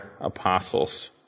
apostles